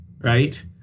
Right